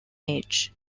age